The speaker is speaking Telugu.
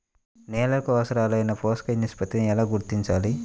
నేలలకు అవసరాలైన పోషక నిష్పత్తిని ఎలా గుర్తించాలి?